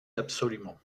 absolument